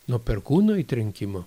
nuo perkūno įtrenkimo